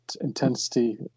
intensity